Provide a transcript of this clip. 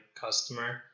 customer